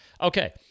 okay